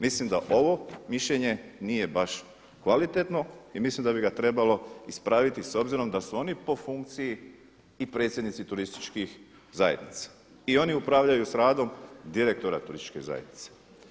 Mislim da ovo mišljenje nije baš kvalitetno i mislim da bi ga trebalo ispraviti s obzirom da su oni po funkciji i predsjednici turističkih zajednica i oni upravljaju s radom direktora turističke zajednice.